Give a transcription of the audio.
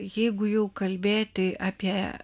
jeigu jau kalbėti apie